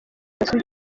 amasugi